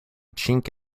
chink